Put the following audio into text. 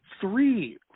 three